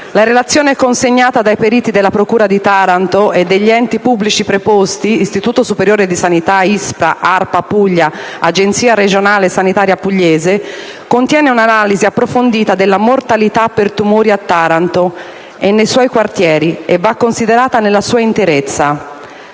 la relazione consegnata dai Periti della procura di Taranto e degli Enti pubblici preposti (Istituto Superiore di Sanità, ISPRA, ARPA Puglia, Agenzia Regionale Sanitaria Pugliese) contiene un'analisi approfondita della mortalità per tumori a Taranto e nei suoi quartieri, e va considerata nella sua interezza.